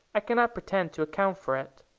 i cannot pretend to account for it.